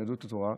עם יהדות התורה,